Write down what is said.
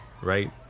right